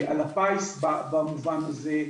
על הפיס במובן הזה,